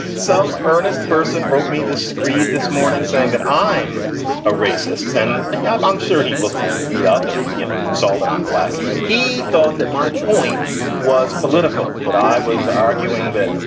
some earnest person wrote me this screed this morning saying that i'm a racist and and yeah i'm i'm sure he looked me up and you know saw that on black. he thought that my point was political, that i was arguing that,